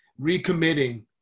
recommitting